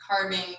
carving